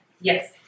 yes